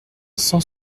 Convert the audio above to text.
cent